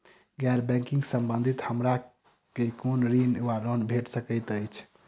गैर बैंकिंग संबंधित हमरा केँ कुन ऋण वा लोन भेट सकैत अछि?